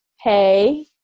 Hey